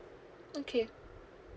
okay